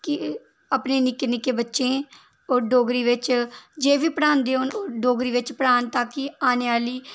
कि अपने निक्के निक्के बच्चें'ई ओह् डोगरी बिच जे बी पढ़ांदे होन डोगरी बिच पढ़ान ताकि आने आह्ली